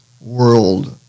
world